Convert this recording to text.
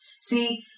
See